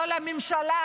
לא לממשלה,